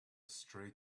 stray